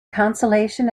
consolation